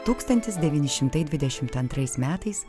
tūkstantis devyni šimtai dvidešimt antrais metais